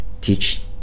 Teach